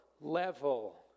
level